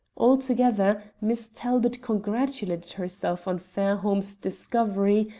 altogether miss talbot congratulated herself on fairholme's discovery,